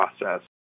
process